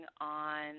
on